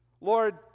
Lord